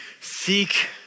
seek